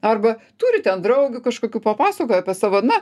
arba turi ten draugių kažkokių papasakoja apie savo na